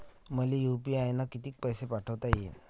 मले यू.पी.आय न किती पैसा पाठवता येईन?